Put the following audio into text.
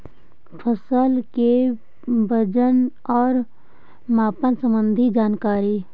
फसल के वजन और मापन संबंधी जनकारी?